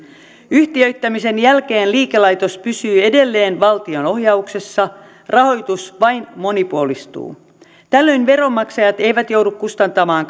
yhtiöittämisen jälkeen liikelaitos pysyy edelleen valtion ohjauksessa rahoitus vain monipuolistuu tällöin veronmaksajat eivät joudu kustantamaan